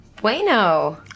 Bueno